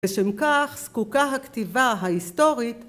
ושם כך זקוקה הכתיבה ההיסטורית